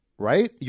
Right